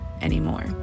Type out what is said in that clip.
anymore